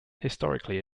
historically